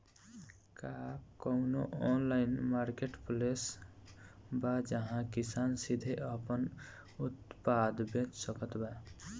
का कउनों online marketplace बा जहां किसान सीधे आपन उत्पाद बेच सकत बा?